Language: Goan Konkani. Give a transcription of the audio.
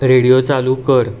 रेडयो चालू कर